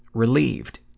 relieved.